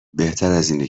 بهترازاینه